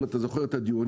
אם אתה זוכר את הדיונים,